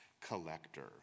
collector